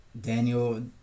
Daniel